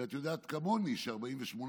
הרי את יודעת כמוני ש-48%,